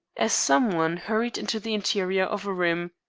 as some one hurried into the interior of a room.